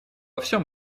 всем